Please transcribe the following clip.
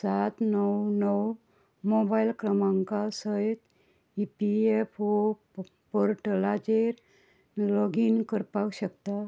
सात णव णव मोबायल क्रमांका सयत ई पी एफ ओ पोर्टलाचेर लॉगीन करपाक शकता